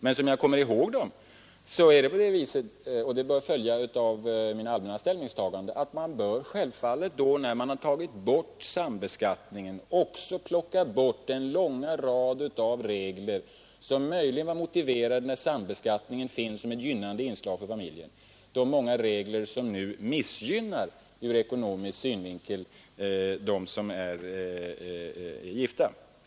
Men som jag nu kommer ihåg dem vill jag svara — och det bör följa av mitt allmänna ställningstagande — att när man nu har tagit bort sambeskattningen, så bör man också plocka bort den långa rad av regler som möjligen var motiverade då sambeskattningen fanns som ett gynnande inslag för familjen men som nu från ekonomiska synpunkter missgynnar dem som är gifta.